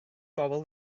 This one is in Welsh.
bobol